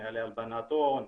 נוהלי הלבנת הון,